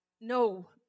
No